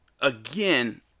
again